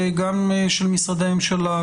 גם של משרדי הממשלה,